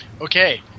Okay